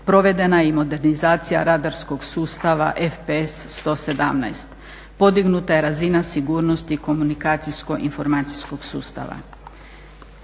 Provedena je i modernizacija radarskog sustava FPS 117. Podignuta je razina sigurnosti komunikacijsko-informacijskog sustava.